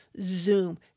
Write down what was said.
Zoom